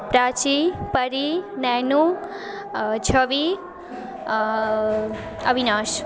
प्राची परी नयनू आ छवि आओर अविनाश